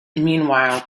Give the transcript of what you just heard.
meanwhile